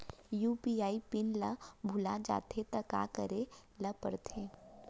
UPI PIN ल भुला जाथे त का करे ल पढ़थे?